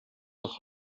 noch